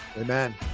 Amen